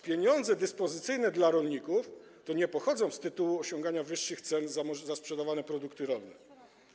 Pieniądze dyspozycyjne dla rolników nie pochodzą z tytułu osiągania wyższych cen za sprzedawane produkty rolne.